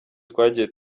twagiye